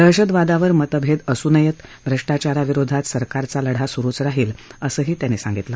दहशतवादावर मतभेद असू नयेत भ्रष्टाचाराविरोधात सरकारचा लढा सुरुच राहील असंही त्यांनी सांगितलं